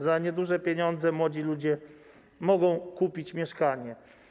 Za nieduże pieniądze młodzi ludzie mogą kupić mieszkanie.